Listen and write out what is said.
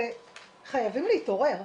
חייבים להתעורר.